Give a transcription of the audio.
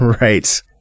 Right